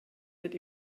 mit